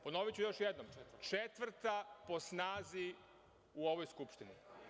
Ponoviću još jednom – četvrta po snazi u ovoj Skupštini.